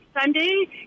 Sunday